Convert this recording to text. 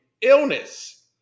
illness